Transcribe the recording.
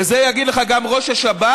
ואת זה יגיד לך גם ראש השב"כ,